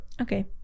okay